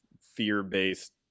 fear-based